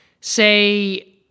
say